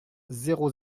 zéro